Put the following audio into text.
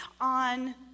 on